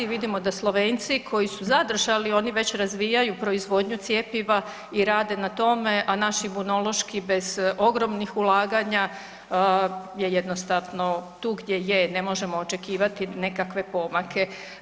Vidimo da Slovenci koji su zadržali, oni već razvijaju proizvodnju cjepiva i rade na tome a naš Imunološki bez ogromnih ulaganja je jednostavno tu gdje je, ne možemo očekivati nekakve pomake.